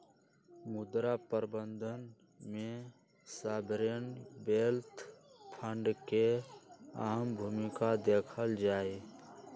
मुद्रा प्रबन्धन में सॉवरेन वेल्थ फंड के अहम भूमिका देखल जाहई